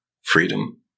freedom